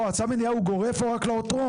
לא, צו המניעה הוא גורף או רק לעותרות?